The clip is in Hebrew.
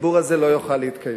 החיבור הזה לא יוכל להתקיים.